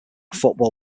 football